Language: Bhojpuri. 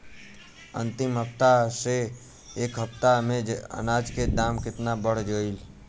अंतिम हफ्ता से ए हफ्ता मे अनाज के दाम केतना बढ़ गएल?